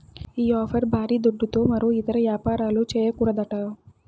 ఈ ఆఫ్షోర్ బారీ దుడ్డుతో మరో ఇతర యాపారాలు, చేయకూడదట